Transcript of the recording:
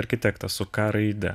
architektas su k raide